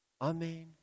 Amen